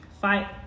fight